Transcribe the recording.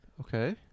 Okay